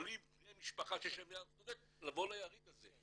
יכולים בני משפחה שיש להם ילד סטודנט לבוא ליריד הזה,